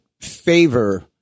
favor